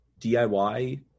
diy